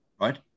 right